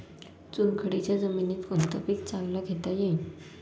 चुनखडीच्या जमीनीत कोनतं पीक चांगलं घेता येईन?